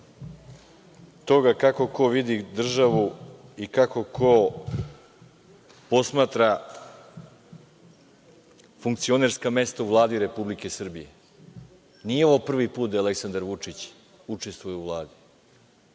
toga kako ko vidi državu i kako ko posmatra funkcionerska mesta u Vladi RS. Nije ovo prvi put da Aleksandar Vučić učestvuje u Vladi